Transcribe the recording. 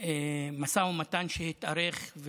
משא ומתן שהתארך,